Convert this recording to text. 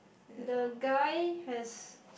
the guy has